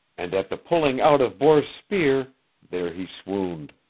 and at the pulling out of bors' spear there he swooned.